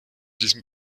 diesem